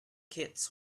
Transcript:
kids